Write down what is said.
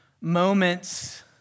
moments